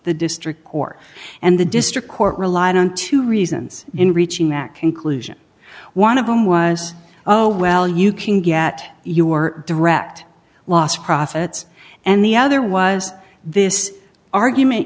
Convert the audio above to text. the district court and the district court relied on two reasons in reaching that conclusion one of them was oh well you can get your direct lost profits and the other was this argument